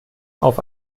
auf